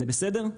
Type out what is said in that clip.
זה בסדר?